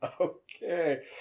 Okay